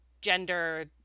gender